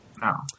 No